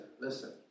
listen